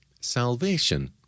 Salvation